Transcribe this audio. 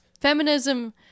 feminism